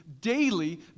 daily